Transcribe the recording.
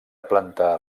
planta